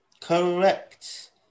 Correct